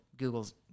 Google's